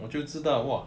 我就知道 !wah!